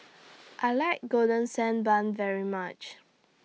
I like Golden Sand Bun very much